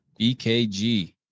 bkg